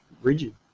rigid